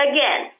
Again